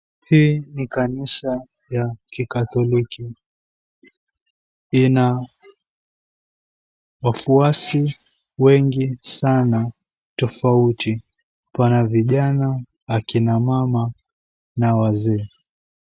Hii ni kanisa ya kikatoliki. Ina wafuasi wengi sana tofauti, pana vijana, akina mama na wazee.